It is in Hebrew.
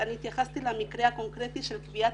אני התייחסתי למקרה הקונקרטי של קביעת